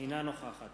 אינה נוכחת